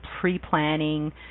pre-planning